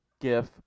Gif